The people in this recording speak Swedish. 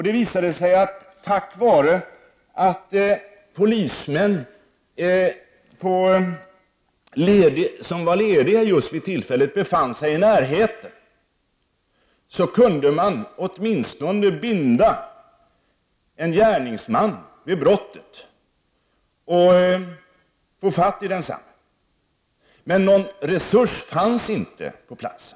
Det visade sig att man, tack vare att polismän som var lediga vid tillfället befann sig i närheten, åtminstone kunde binda en gärningsman vid brottet och få tag i densamme. Men någon resurs fanns inte på platsen.